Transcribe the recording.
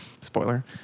Spoiler